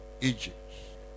Egypt